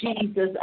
Jesus